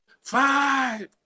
five